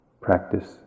practice